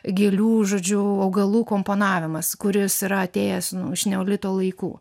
gėlių žodžiu augalų komponavimas kuris yra atėjęs iš neolito laikų